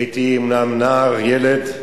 הייתי אומנם נער, ילד,